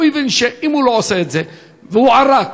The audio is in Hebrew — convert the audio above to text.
הוא הבין שאם הוא לא עושה את זה, והוא ערק.